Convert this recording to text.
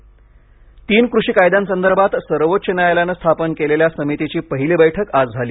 कृषी कायदे समिती तीन कृषी कायद्यासंदर्भात सर्वोच्च न्यायालयानं स्थापन केलेल्या समितीची पहिली बैठक आज झाली